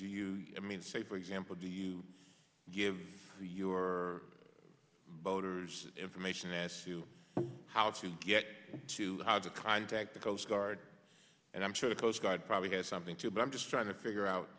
you i mean say for example do you give your voters information as to how to get to how to contact the coast guard and i'm sure the coast guard probably has something too but i'm just trying to figure out